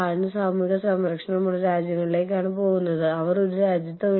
IHRM ന്റെ വികസനം രാജ്യം തിരഞ്ഞെടുക്കൽ എന്നിവ എങ്ങനെയാണ് ചെയുന്നത്